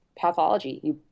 pathology